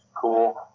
Cool